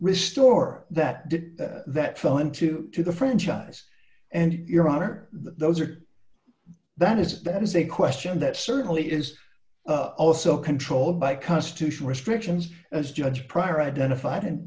restore that did that fell into to the franchise and your honor those are that is that is a question that certainly is also controlled by constitutional restrictions as judge prior identified